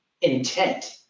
intent